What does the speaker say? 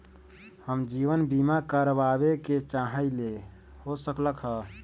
हम जीवन बीमा कारवाबे के चाहईले, हो सकलक ह?